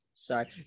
sorry